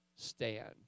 Stand